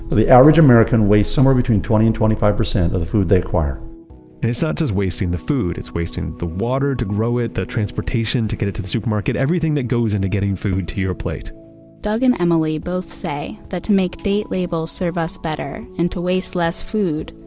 but the average american wastes somewhere between twenty and twenty five percent of the food they acquire and it's ah not just wasting the food, it's wasting the water to grow it, the transportation to get it to the supermarket, everything that goes into getting food to your plate doug and emily both say that to make date labels serve us better and to waste less food,